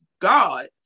God